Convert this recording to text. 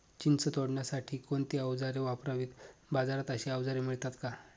चिंच तोडण्यासाठी कोणती औजारे वापरावीत? बाजारात अशी औजारे मिळतात का?